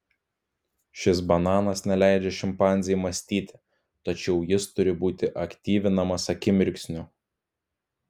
šis bananas neleidžia šimpanzei mąstyti tačiau jis turi būti aktyvinamas akimirksniu